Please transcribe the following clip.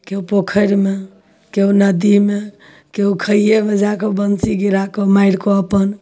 केओ पोखरिमे केओ नदीमे केओ खैयेमे जा कऽ बंसी गिरा कऽ मारि कऽ अपन